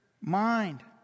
mind